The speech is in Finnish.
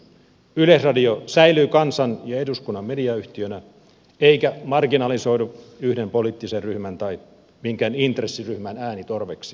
yleisradio säilyy kansan ja eduskunnan mediayhtiönä eikä marginalisoidu yhden poliittisen ryhmän tai minkään intressiryhmän äänitorveksi